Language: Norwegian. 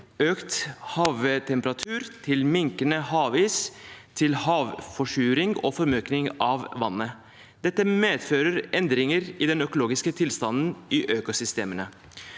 økt havtemperatur, minkende havis, havforsuring og formørking av vannet. Dette medfører endringer i den økologiske tilstanden i økosystemene.